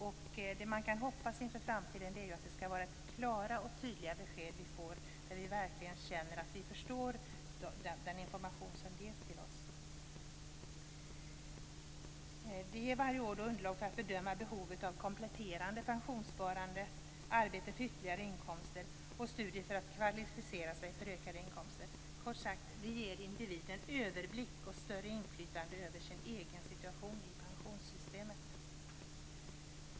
Vi kan hoppas att vi i framtiden får klara och tydliga besked så att vi verkligen känner att vi förstår den information som ges till oss. Det ges varje år underlag för att bedöma behovet av kompletterande pensionssparande, arbete för ytterligare inkomster och studier för att kvalificera sig för ökade inkomster. Kort sagt: Det ger individen överblick och större inflytande över sin egen situation i pensionssystemet.